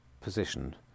position